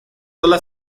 sólo